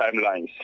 timelines